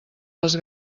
les